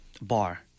bar